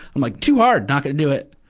i'm like, too hard! not gonna do it!